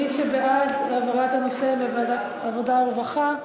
מי שבעד העברת הנושא לוועדת העבודה והרווחה,